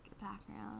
background